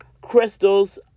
crystals